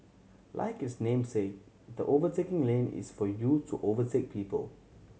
like its namesake the overtaking lane is for you to overtake people